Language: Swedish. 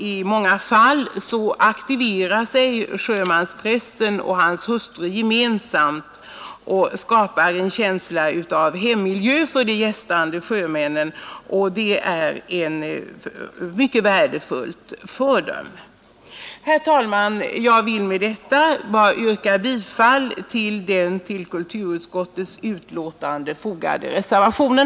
I många fall aktiverar sig dessutom sjömansprästen och hans hustru gemensamt och skapar en känsla av hemmiljö för de gästande sjömännen, och det är mycket värdefullt för dem. Herr talman! Jag vill med detta yrka bifall till den vid kulturutskottets betänkande fogade reservationen.